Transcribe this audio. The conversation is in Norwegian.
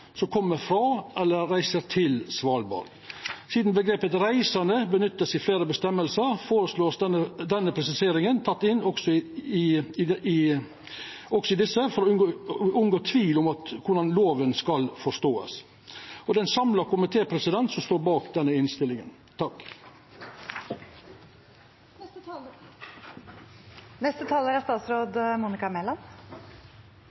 som kommer fra eller reiser til Svalbard». Sidan omgrepet «reisende» vert nytta i fleire føresegner, vert det føreslått at denne presiseringa vert teken inn også i dei for å unngå tvil om korleis ein skal forstå lova. Det er ein samla komité som står bak denne innstillinga. Jeg er